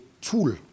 tool